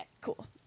Cool